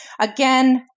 again